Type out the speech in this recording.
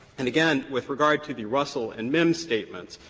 and again with regard to the russell and mims statements,